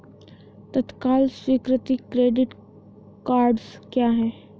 तत्काल स्वीकृति credit cards क्या हैं?